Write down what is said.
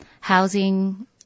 housing